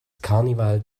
carnival